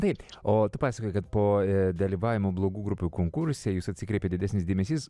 taip o tu pasakoji kad po dalyvavimo blogų grupių konkurse į jus atsikreipė didesnis dėmesys